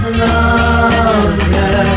longer